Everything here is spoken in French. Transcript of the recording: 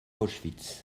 auschwitz